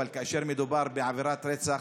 אבל כאשר מדובר בעבירת רצח